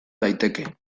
daiteke